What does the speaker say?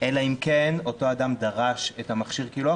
אלא אם כן אותו אדם דרש את מכשיר הקילוח,